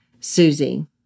Susie